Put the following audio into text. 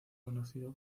conocido